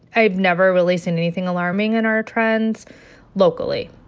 i've never really seen anything alarming in our trends locally.